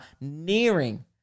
nearing